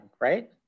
right